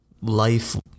Life